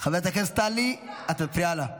חברת הכנסת אימאן עומדת כאן, היא רוצה להתחיל.